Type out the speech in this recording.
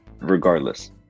regardless